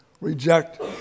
reject